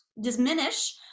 diminish